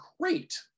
great